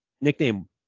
nickname